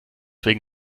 wegen